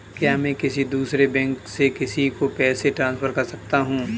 क्या मैं किसी दूसरे बैंक से किसी को पैसे ट्रांसफर कर सकता हूँ?